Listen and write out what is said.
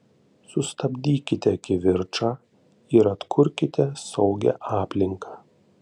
sustabdykite kivirčą ir atkurkite saugią aplinką